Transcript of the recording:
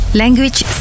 language